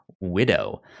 Widow